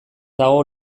dago